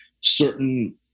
certain